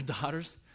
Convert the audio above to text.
daughters